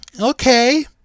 okay